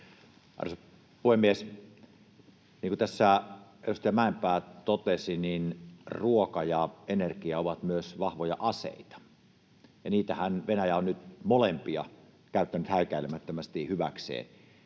Arvoisa puhemies! Niin kuin tässä edustaja Mäenpää totesi, ruoka ja energia ovat myös vahvoja aseita, ja niitähän Venäjä on nyt molempia käyttänyt häikäilemättömästi hyväkseen.